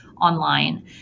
online